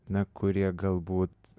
na kurie galbūt